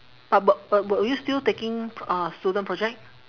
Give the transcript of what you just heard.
ah but but but are you still taking pr~ uh student project